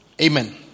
Amen